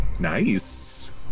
Nice